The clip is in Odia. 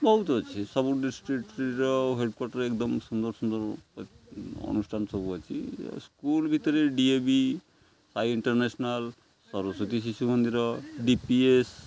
ବହୁତ ଅଛି ସବୁ ଡିଷ୍ଟ୍ରିକ୍ଟ୍ର ହେଡ଼୍ କ୍ଵାଟର୍ରେ ଏକ୍ଦମ୍ ସୁନ୍ଦର ସୁନ୍ଦର ଅନୁଷ୍ଠାନ ସବୁ ଅଛି ସ୍କୁଲ୍ ଭିତରେ D A V Sai international Saraswati Shishu Mandir D P S